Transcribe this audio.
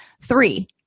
three